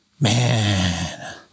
Man